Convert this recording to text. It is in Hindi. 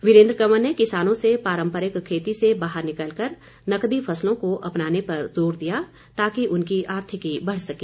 वीरेन्द्र कंवर ने किसानों से पारम्परिक खेती से बाहर निकलकर नकदी फसलों को अपनाने पर ज़ोर दिया ताकि उनकी आर्थिकी बढ़ सके